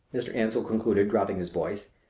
mr. ansell concluded, dropping his voice,